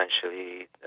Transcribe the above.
essentially